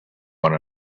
one